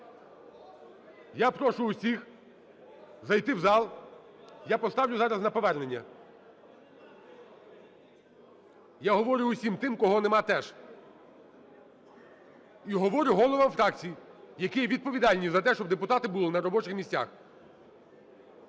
Я прошу всіх зайти в зал, я поставлю зараз на повернення. Я говорю усім тим, кого немає теж. І говорю головам фракцій, які є відповідальні за те, щоб депутати були на робочих місцях.